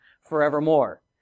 forevermore